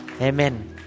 Amen